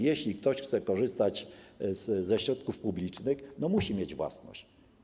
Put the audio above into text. Jeśli ktoś chce korzystać ze środków publicznych, musi mieć własność.